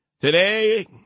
today